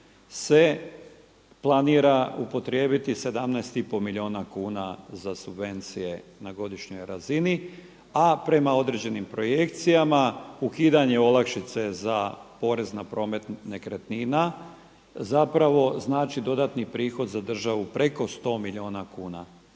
se planira upotrijebiti 17,5 milijuna kuna subvencije na godišnjoj razini. A prema određenim projekcijama ukidanje olakšice za porez na promet nekretnina zapravo znači dodatni prihod za državu preko 100 milijuna kuna.